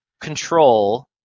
control